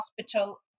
hospital